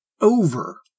over